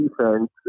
defense